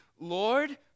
Lord